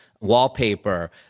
wallpaper